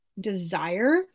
desire